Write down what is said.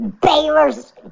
Baylor's